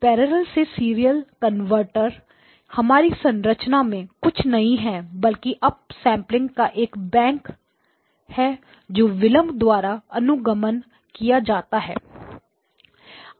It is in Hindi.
पैरेलल से सीरियल कनवर्टर हमारी संरचना में कुछ नहीं है बल्कि अप सैंपलर्स का एक बैंक है जो विलंब द्वारा अनुगमन किया जाता है